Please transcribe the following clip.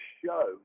show